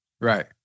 Right